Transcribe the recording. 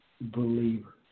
believers